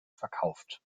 verkauft